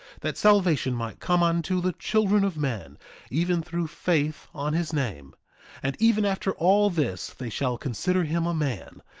that salvation might come unto the children of men even through faith on his name and even after all this they shall consider him a man,